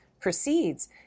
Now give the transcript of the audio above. proceeds